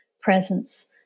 presence